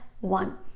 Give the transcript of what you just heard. one